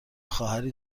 خواهری